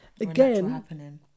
again